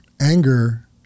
Anger